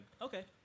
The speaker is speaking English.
Okay